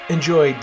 Enjoy